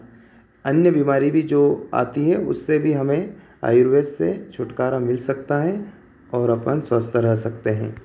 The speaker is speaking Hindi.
अन्य बीमारी भी जो आती हैं उससे भी हमें आयुर्वेद से छुटकारा मिल सकता है और अपन स्वस्थ रह सकते हैं